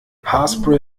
haarspray